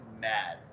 mad